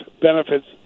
benefits